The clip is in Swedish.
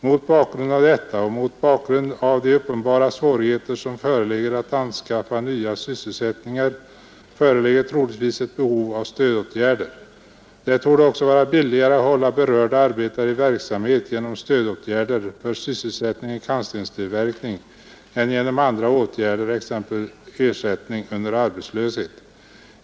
Mot bakgrund av detta och mot bakgrund av de uppenbara svårigheter som föreligger att anskaffa nya sysselsättningar, föreligger troligtvis ett behov av stödåtgärder. Det torde också vara billigare att hålla berörda arbetare i verksamhet genom stödåtgärder för sysselsättning i kantstenstillverkning än genom andra åtgärder exempelvis ersättning under arbetslöshet.